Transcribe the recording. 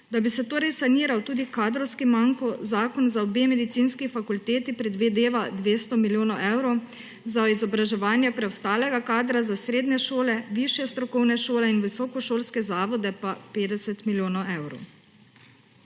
Da bi se torej saniral tudi kadrovski manko, zakon za obe medicinski fakulteti predvideva 200 milijonov evrov, za izobraževanje preostalega kadra za srednje šole, višje strokovne šole in visokošolske zavode pa 50 milijonov evrov.